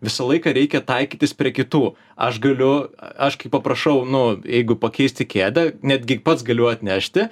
visą laiką reikia taikytis prie kitų aš galiu aš kai paprašau nu jeigu pakeisti kėdę netgi pats galiu atnešti